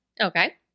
Okay